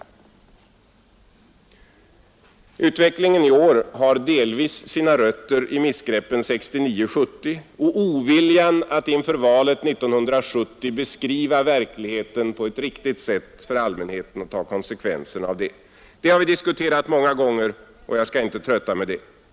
Utvecklingen i år har delvis sina rötter i missgreppen 1969—1970 och oviljan att inför valet 1970 beskriva verkligheten på ett riktigt sätt för allmänheten och ta konsekvenserna av det. Vi har diskuterat detta många gånger, och jag skall inte trötta med att ta upp det nu.